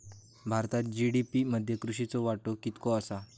भारतात जी.डी.पी मध्ये कृषीचो वाटो कितको आसा?